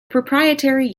proprietary